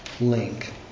link